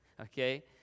okay